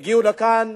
הגיעו לכאן,